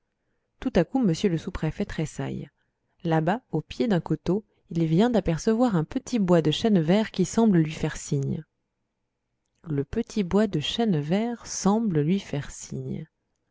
tout à coup m le sous-préfet tressaille là-bas au pied d'un coteau il vient d'apercevoir un petit bois de chênes verts qui semble lui faire signe le petit bois de chênes verts semble lui faire signe